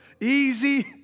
easy